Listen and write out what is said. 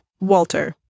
Walter